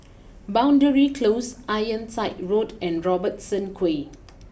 boundary close Ironside Road and Robertson Quay